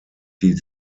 die